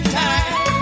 time